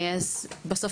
אז בסוף,